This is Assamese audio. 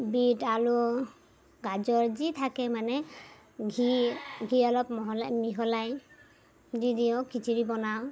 বিট আলু গাজৰ যি থাকে মানে ঘি ঘি অলপ মহলাই মিহলাই দি দিওঁ খিচৰি বনাওঁ